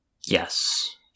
Yes